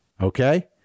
okay